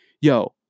yo